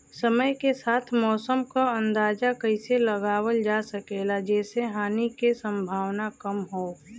समय के साथ मौसम क अंदाजा कइसे लगावल जा सकेला जेसे हानि के सम्भावना कम हो?